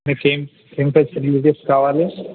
మీకు ఏమి ఏమి ఫెసిలిటీస్ కావాలి